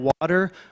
water